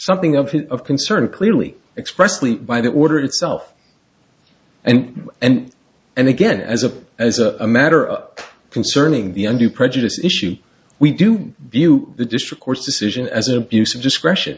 something of of concern clearly expressly by the order itself and and and again as a as a matter of concerning the under prejudice issue we do view the district court's decision as abuse of discretion